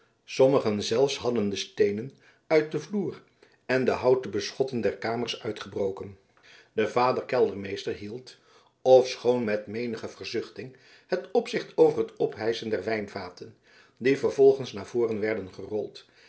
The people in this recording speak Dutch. sommigen zelfs hadden de steen en uit den vloer en de houten beschotten der kamers uitgebroken de vader keldermeester hield ofschoon met menige verzuchting het opzicht over het ophijschen der wijnvaten die vervolgens naar voren werden gerold